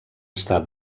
estar